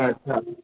अच्छा